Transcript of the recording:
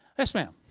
yes, ma'am.